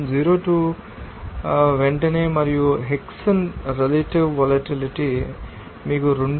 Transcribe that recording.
02 pentane మరియు hexane relative volatility ను మీకు 2